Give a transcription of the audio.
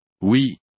Oui